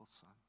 son